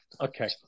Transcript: Okay